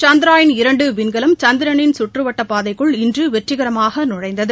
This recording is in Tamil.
சந்த்ரயான் இரண்டுவிண்கலம் சந்திரனின் சுற்றுவட்டப் பாதைக்குள் இன்றுவெற்றிகரமாகநுழைந்தது